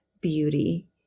beauty